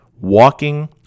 walking